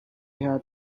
had